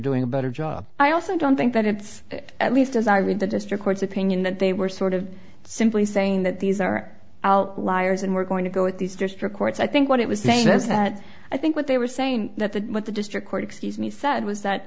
doing a better job i also don't think that it's at least as i read the district court's opinion that they were sort of simply saying that these are outliers and we're going to go with these district courts i think what it was saying was that i think what they were saying that the what the district court excuse me said was that